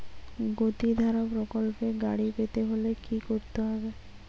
গতিধারা প্রকল্পে গাড়ি পেতে হলে কি করতে হবে?